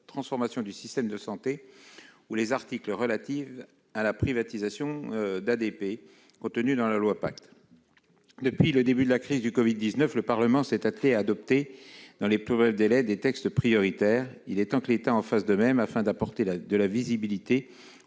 transformation du système de santé ou les articles relatifs à la privatisation d'ADP contenus dans la loi dite Pacte. Depuis le début de la crise du Covid-19, le Parlement s'est attelé à adopter des textes prioritaires dans les plus brefs délais. Il est temps que l'État en fasse de même, afin d'apporter de la visibilité